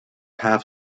half